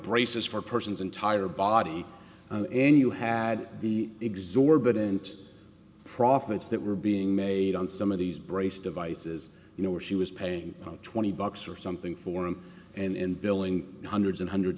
braces for person's entire body and you had the exorbitant profits that were being made on some of these brace devices you know where she was paying twenty bucks or something for him and billing hundreds and hundreds